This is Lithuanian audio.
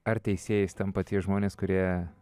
ar teisėjais tampa tie žmonės kurie